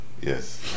yes